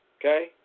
okay